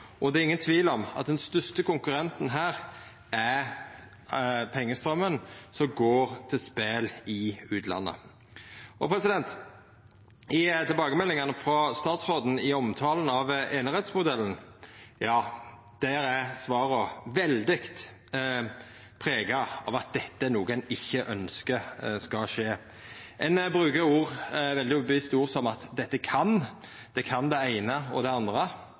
spel. Det er ingen tvil om at den største konkurrenten her, er pengestraumen som går til spel i utlandet. I tilbakemeldingane frå statsråden i omtalen av einerettsmodellen er svara veldig prega av at dette er noko ein ikkje ønskjer skal skje. Ein brukar veldig bevisst ord som at dette kan – det kan det eine og det andre.